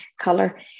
color